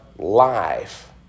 Life